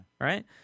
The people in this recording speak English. right